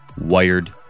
wired